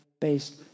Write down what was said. based